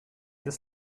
des